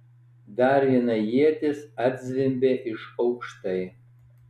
dar viena ietis atzvimbė iš aukštai